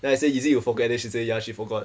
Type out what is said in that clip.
then I say is it you forget then she say ya she forgot